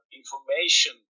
information